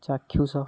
ଚାକ୍ଷୁଷ